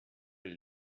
will